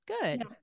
good